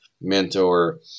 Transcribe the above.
mentor